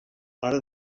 ara